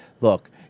Look